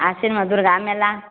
आश्विनमे दुर्गा मेला